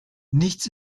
nichts